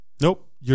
Nope